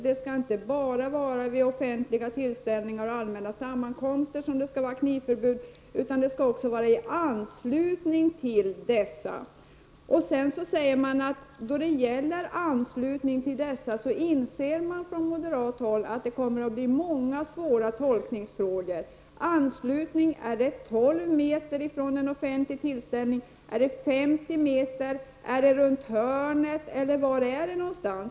Det skall inte bara gälla vid offentliga tillställningar och allmänna sammankomster, utan det skall också gälla i anslutning till dessa. Från moderat håll inser man att beträffande begreppet ”i anslutning till” kommer det att uppstå många svåra tolkningsfrågor. Handlar det om 12 eller 50 meter från en offentlig tillställning, runt hörnet, eller var går gränsen?